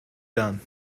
done